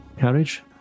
carriage